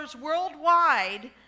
worldwide